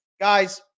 Guys